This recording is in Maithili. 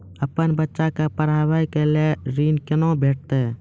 अपन बच्चा के पढाबै के लेल ऋण कुना भेंटते?